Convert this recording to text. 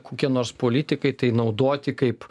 kokie nors politikai tai naudoti kaip